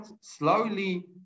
slowly